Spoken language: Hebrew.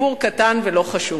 סיפור קטן ולא חשוב.